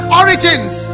origins